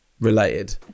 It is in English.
related